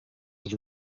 was